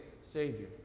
Savior